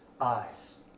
eyes